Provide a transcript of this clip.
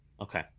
Okay